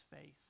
faith